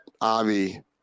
Avi